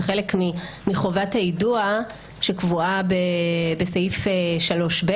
זה חלק מחובת היידוע שקבועה בסעיף 3ב